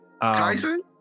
tyson